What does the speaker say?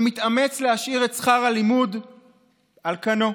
שמתאמץ להשאיר את שכר הלימוד על כנו,